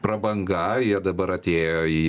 prabanga jie dabar atėjo į